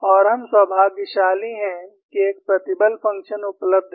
और हम सौभाग्यशाली हैं कि एक प्रतिबल फंक्शन उपलब्ध है